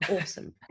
awesome